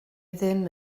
ddim